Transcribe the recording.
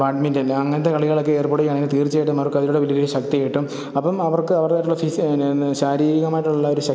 badminton അങ്ങനത്തെ കളികളൊക്കെ ഏർപ്പെടുകയാണെങ്കിൽ തീർച്ചയായിട്ടും അവർക്ക് അതിലൂടെ വലിയൊരു ശക്തി കിട്ടും അപ്പം അവർക്ക് അവരുടേതായിട്ടുള്ള ഫിസി ശാരീരികമായിട്ടുള്ള ഒരു